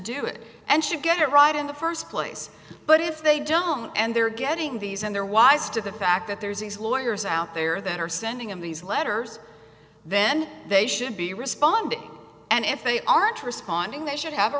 do it and should get it right in the first place but if they don't and they're getting these and they're wise to the fact that there's he's lawyers out there that are sending him these letters then they should be responding and if they aren't responding they should have a